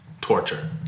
torture